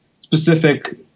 specific